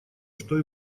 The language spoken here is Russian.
что